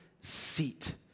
seat